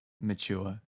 mature